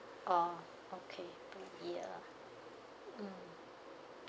oh okay per year lah mm